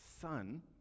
Son